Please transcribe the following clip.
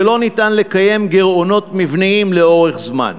שלא ניתן לקיים גירעונות מבניים לאורך זמן.